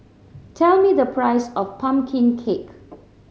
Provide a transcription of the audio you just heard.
tell me the price of pumpkin cake